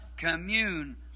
commune